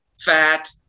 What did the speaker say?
fat